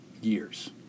years